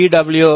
W